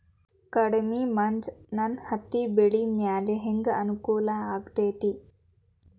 ಕಡಮಿ ಮಂಜ್ ನನ್ ಹತ್ತಿಬೆಳಿ ಮ್ಯಾಲೆ ಹೆಂಗ್ ಅನಾನುಕೂಲ ಆಗ್ತೆತಿ?